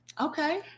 Okay